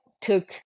took